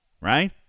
right